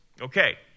Okay